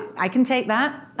i can take that.